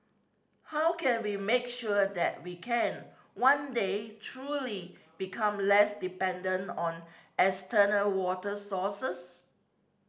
how can we make sure that we can one day truly become less dependent on external water sources